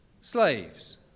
Slaves